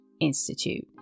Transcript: Institute